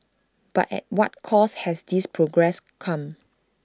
but at what cost has this progress come